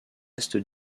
est